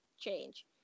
change